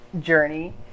journey